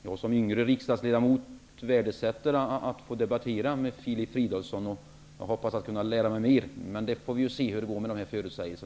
Jag som yngre riksdagsledamot värdesätter att få debattera med Filip Fridolfsson. Jag hoppas kunna lära mig mer. Vi får väl se hur det blir med dessa förutsägelser.